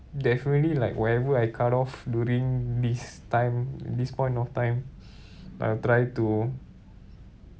definitely like wherever I cut off during this time this point of time I'll try to